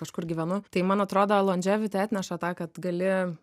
kažkur gyvenu tai man atrodo londževiti atneša tą kad gali